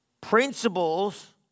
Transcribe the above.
Principles